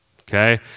okay